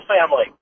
Family